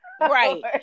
Right